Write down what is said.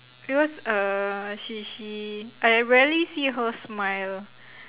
because uh she she I rarely see her smile